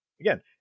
again